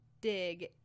dig